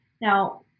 Now